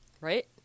Right